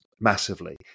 massively